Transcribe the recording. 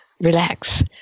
relax